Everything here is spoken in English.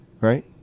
right